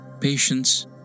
patience